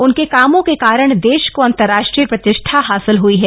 उनके कामों के कारण देश को अंतरराष्ट्रीय प्रतिष्ठा हासिल हई है